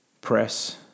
press